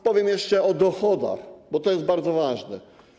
Powiem jeszcze o dochodach, bo to jest bardzo ważne.